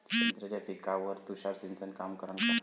संत्र्याच्या पिकावर तुषार सिंचन काम करन का?